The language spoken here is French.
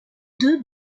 deux